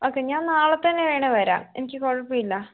okay ഞാൻ നാളെ തന്നെ വേണേൽ വരാം എനിക്ക് കുഴപ്പമില്ല